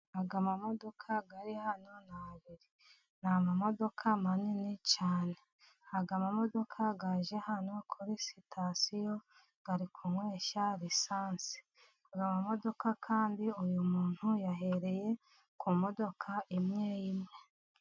Aya mamodoka ari hano ni abiri . Ni amamodoka manini cyane, aya mamodoka yaje hano kuri sitasiyo , ari kunyweshya lisansi , aya mamodoka kandi uyu muntu yahereye ku modoka imwe imwe.